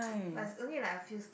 but it's only like a few